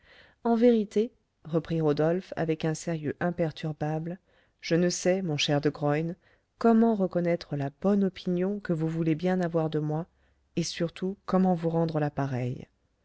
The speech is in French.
en vérité reprit rodolphe avec un sérieux imperturbable je ne sais mon cher de graün comment reconnaître la bonne opinion que vous voulez bien avoir de moi et surtout comment vous rendre